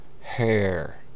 hair